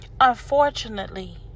unfortunately